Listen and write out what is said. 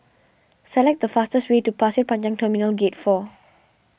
select the fastest way to Pasir Panjang Terminal Gate four